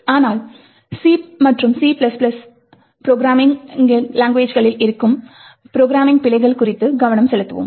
ஆனால் C மற்றும் C ப்ரோக்ராம்களில் இருக்கும் ப்ரோக்ராம்மிங் பிழைகள் குறித்து கவனம் செலுத்துவோம்